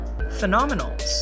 phenomenals